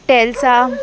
Tesla